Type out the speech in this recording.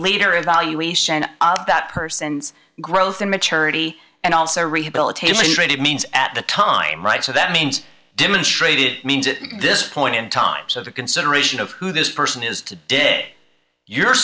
later evaluation of that person's growth and maturity and also rehabilitation rate it means at the time right so that means demonstrated means at this point in time so the consideration of who this person is to dig you're